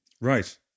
Right